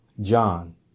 John